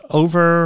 over